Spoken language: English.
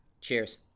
Cheers